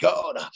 God